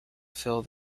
fill